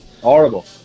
Horrible